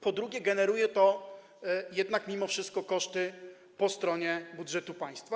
Po drugie, generuje to jednak mimo wszystko koszty po stronie budżetu państwa.